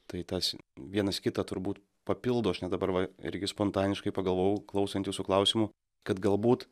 tai tas vienas kitą turbūt papildo aš net dabar va irgi spontaniškai pagalvojau klausant jūsų klausimų kad galbūt